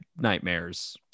nightmares